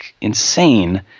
insane